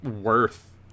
worth